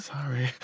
Sorry